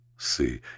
See